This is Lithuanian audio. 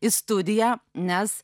į studiją nes